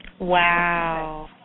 Wow